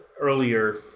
Earlier